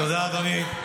תודה, אדוני.